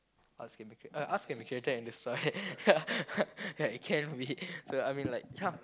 arts can be cre~ ah arts can be created and destroyed ya ya it can be so I mean like ya